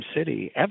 city